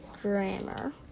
Grammar